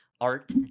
art